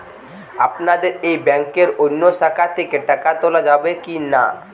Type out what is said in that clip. আপনাদের এই ব্যাংকের অন্য শাখা থেকে টাকা তোলা যাবে কি না?